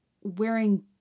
wearing